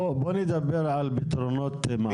בוא נדבר על פתרונות מעשיים.